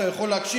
אתה יכול להקשיב,